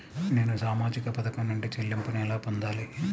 నేను సామాజిక పథకం నుండి చెల్లింపును ఎలా పొందాలి?